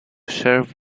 serve